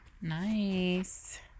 nice